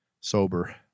sober